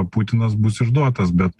putinas bus išduotas bet